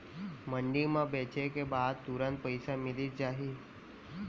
मंडी म बेचे के बाद तुरंत पइसा मिलिस जाही?